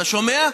אתה שומע?